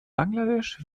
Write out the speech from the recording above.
bangladesch